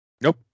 Nope